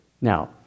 Now